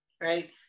right